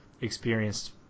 experienced